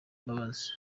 mbabazi